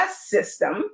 system